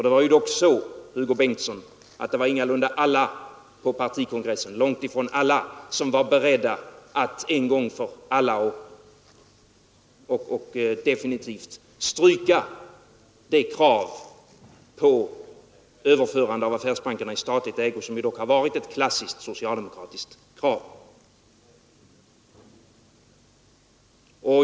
Det var dock så, Hugo Bengtsson, att det ingalunda var alla — långt ifrån alla — på partikongressen som var beredda att en gång för alla och definitivt stryka det krav på överförande av affärsbankerna i statlig ägo som dock har varit ett klassiskt socialdemokratiskt krav.